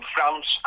France